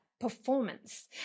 performance